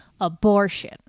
abortion